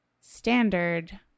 standard